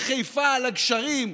בחיפה על הגשרים,